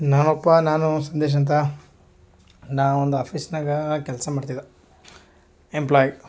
ನಾನೊಪ್ಪ ನಾನು ಸಂದೇಶಂತ ನಾ ಒಂದು ಆಫೀಸ್ನಾಗ ಕೆಲಸ ಮಾಡ್ತಿದ್ದೆ ಎಂಪ್ಲಾಯ್